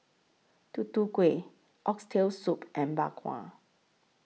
Tutu Kueh Oxtail Soup and Bak Kwa